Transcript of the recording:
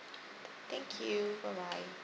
thank you bye bye